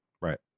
Right